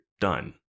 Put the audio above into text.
done